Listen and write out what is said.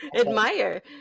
admire